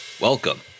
Welcome